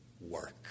work